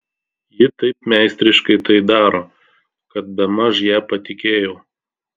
ji taip meistriškai tai daro kad bemaž ja patikėjau